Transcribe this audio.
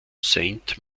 sainte